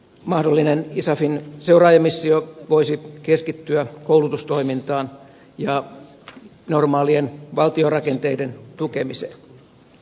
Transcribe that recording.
mahdollinen isafin seuraajamissio voisi keskittyä koulutustoimintaan ja normaalien valtiorakenteiden tukemiseen